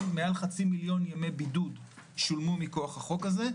מעל חצי מיליון ימי בידוד שולמו מכוח החוק הזה.